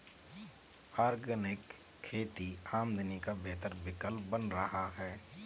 organic खेती आमदनी का बेहतर विकल्प बन रहा है